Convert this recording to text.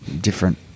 different